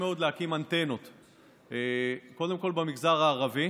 מאז 2014 לא הוקמה אנטנה בביתר עילית